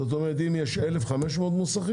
זאת אומרת שאם 1,500 מוסכים,